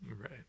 Right